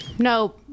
No